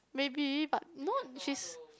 maybe but no she's